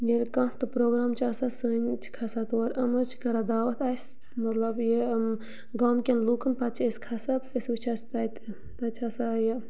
ییٚلہِ کانٛہہ تہِ پروگرام چھُ آسان سٲنۍ چھِ کھَسان تور یِم حظ چھِ کَران دعوت اَسہِ مطلب یہِ گامکٮ۪ن لُکَن پَتہٕ چھِ أسۍ کھَسان أسۍ وٕچھان چھِ تَتہِ تَتہِ چھِ آسان یہِ